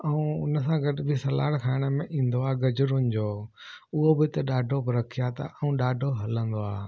ऐं उन सां गॾु बि सलाड खाइण में ईंदो आहे गजरुनि जो उहो बि हिते ॾाढो प्रख्यात आहे ऐं ॾाढो हलंदो आहे